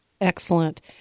excellent